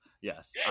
Yes